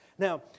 Now